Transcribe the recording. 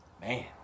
Man